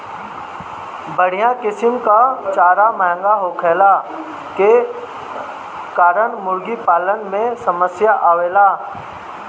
बढ़िया किसिम कअ चारा महंगा होखला के कारण मुर्गीपालन में समस्या आवेला